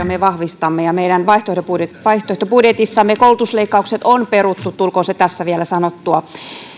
me vastustamme ja meidän vaihtoehtobudjetissamme koulutusleikkaukset on peruttu tulkoon se tässä vielä sanottua